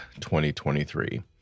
2023